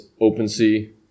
OpenSea